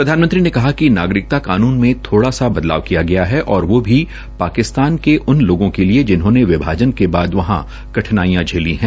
प्रधानमंत्री ने कहा कि नागरिकता कानून में थोड़ा सा बदलाव किया गया है और वे भी पाकिस्तान के उन लोगों के लिए जिन्होंने विभाजन के बाद वहां कठनाईयां झेली है